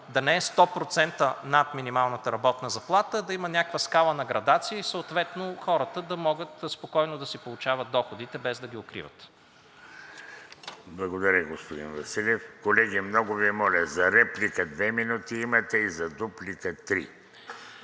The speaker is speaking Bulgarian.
да не е 100% над минималната работна заплата, а да има някаква скала на градация и съответно хората да могат спокойно да си получават доходите, без да ги укриват. ПРЕДСЕДАТЕЛ ВЕЖДИ РАШИДОВ: Благодаря, господин Василев. Колеги, много Ви моля, за реплика две минути имате и за дуплика три.